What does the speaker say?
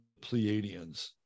pleiadians